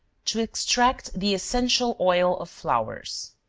to extract the essential oil of flowers.